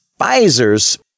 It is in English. Pfizer's